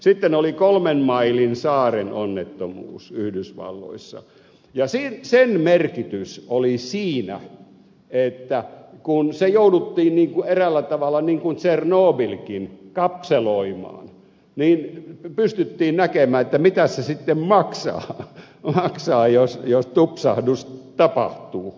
sitten oli kolmen mailin saaren onnettomuus yhdysvalloissa ja sen merkitys oli siinä että kun se jouduttiin niin kuin eräällä tavalla niin kuin tsernobylkin kapseloimaan niin pystyttiin näkemään mitä se sitten maksaa jos tupsahdus tapahtuu